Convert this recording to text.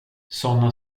såna